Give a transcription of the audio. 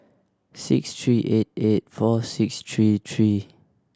six three eight eight four six three three